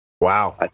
Wow